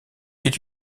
est